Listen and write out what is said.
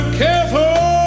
careful